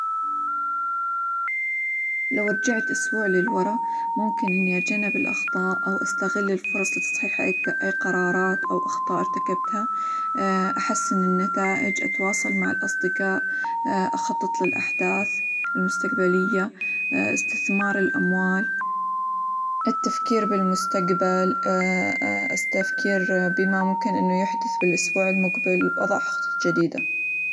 لو رجعت أسبوع للورا ممكن إني أتجنب الأخطاء، أو أستغل الفرص لتصحيح -أي- أي قرارات، أو أخطاء إرتكبتها، أحسن النتائج، أتواصل مع الأصدقاء، أخطط للأحداث المستقبلية، استثمار الأموال، التفكير بالمستقبل، التفكير بما ممكن إنه يحدث بالأسبوع المقبل ، وظع خطط جديدة.